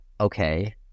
okay